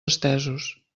estesos